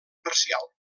parcial